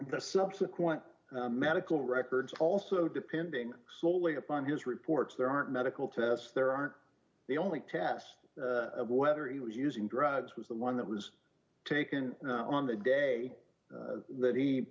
the subsequent medical records also depending slowly upon his reports there aren't medical tests there aren't the only test of whether he was using drugs was the one that was taken on the day that he